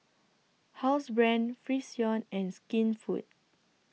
Housebrand Frixion and Skinfood